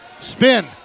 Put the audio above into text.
Spin